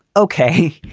ok,